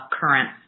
current